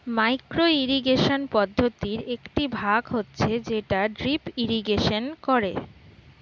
micro irrigation পদ্ধতির একটি ভাগ হচ্ছে যেটা ড্রিপ ইরিগেশন করে